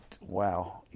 Wow